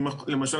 למשל,